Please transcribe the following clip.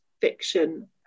fiction